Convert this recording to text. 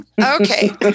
Okay